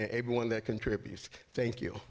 everyone that contributes to thank you